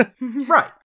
Right